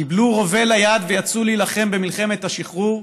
קיבלו רובה ליד ויצאו להילחם במלחמת השחרור